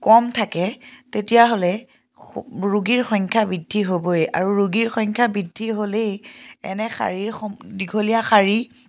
কম থাকে তেতিয়াহ'লে ৰোগীৰ সংখ্যা বৃদ্ধি হ'বই আৰু ৰোগীৰ সংখ্যা বৃদ্ধি হ'লেই এনে শাৰীৰ দীঘলীয়া শাৰী